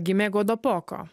gimė godopoko